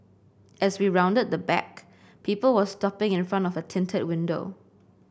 as we rounded the back people were stopping in front of a tinted window